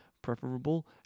preferable